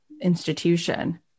institution